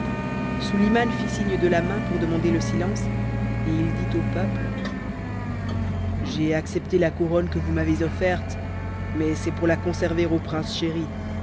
suliman fit signe de la main pour demander silence et il dit au peuple j'ai accepté la couronne que vous m'avez offerte mais c'est pour la conserver au prince chéri